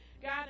God